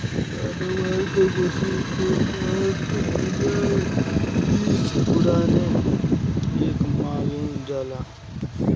अनुमान के मुताबिक सात हजार बरिस पुरान एके मानल जाला